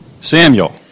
Samuel